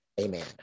Amen